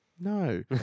No